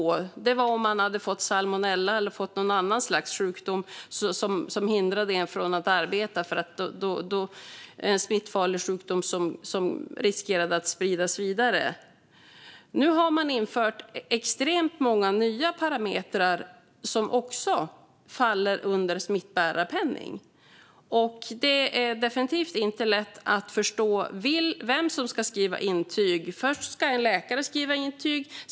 Smittbärarpenning kunde man få om man hade fått salmonella eller någon annan slags sjukdom som hindrade en från att arbeta, alltså en smittfarlig sjukdom som riskerade att spridas vidare. Nu har man infört extremt många nya parametrar som också faller under smittbärarpenning. Det är definitivt inte lätt att förstå vem som ska skriva intyg. Först skulle en läkare skriva intyg.